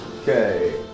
Okay